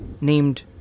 named